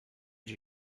did